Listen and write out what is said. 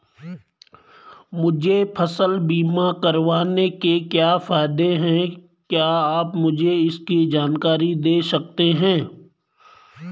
मुझे फसल बीमा करवाने के क्या फायदे हैं क्या आप मुझे इसकी जानकारी दें सकते हैं?